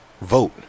vote